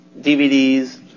DVDs